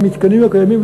במתקנים הקיימים,